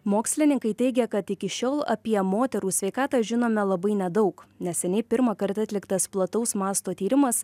mokslininkai teigia kad iki šiol apie moterų sveikatą žinome labai nedaug neseniai pirmą kartą atliktas plataus masto tyrimas